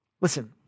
Listen